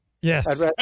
Yes